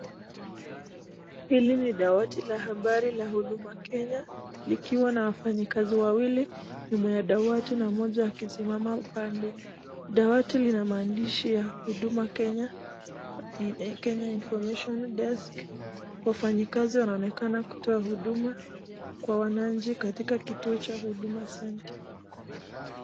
Hili ni dawati la habari la huduma kenya likiwa na wafany kazi wawili nyuma ya dawati na mmoja akisimama upande. Dawati lina maandishi ya huduma kenya information desk wafanayakazi wanaonekana kutoa huduma kwa wananchi katika kituo cha huduma center.